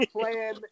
plan